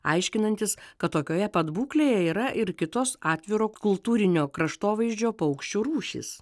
aiškinantis kad tokioje pat būklėje yra ir kitos atviro kultūrinio kraštovaizdžio paukščių rūšys